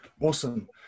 awesome